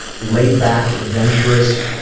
laid back, adventurous,